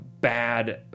bad